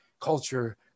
culture